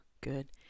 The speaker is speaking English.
good